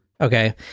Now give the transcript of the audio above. okay